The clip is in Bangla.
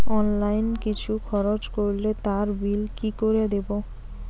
অনলাইন কিছু খরচ করলে তার বিল কি করে দেবো?